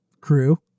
crew